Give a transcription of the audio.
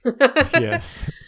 yes